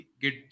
get